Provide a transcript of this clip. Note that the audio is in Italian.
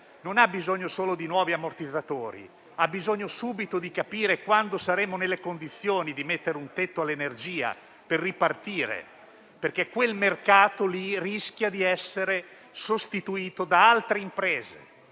non ha bisogno solo di nuovi ammortizzatori; ha bisogno di capire subito quando saremo nelle condizioni di mettere un tetto all'energia, per ripartire, perché quel mercato rischia di essere sostituito da altre imprese.